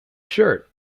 shirt